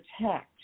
protect